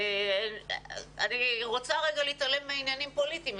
ואני רוצה רגע להתעלם מעניינים פוליטיים,